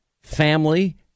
family